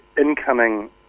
incoming